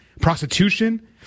prostitution